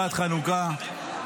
לקראת חנוכה,